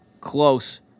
Close